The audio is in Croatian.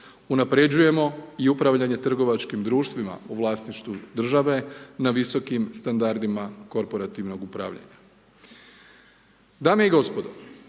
Unapređujemo i upravljanje trgovačkim društvima u vlasništvu države na visokim standardima korporativnog upravljanja.